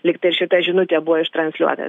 lyg tai šita žinutė buvo ištransliuota